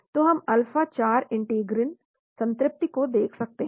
तो हम alpha 4 integrin संतृप्ति को देख सकते हैं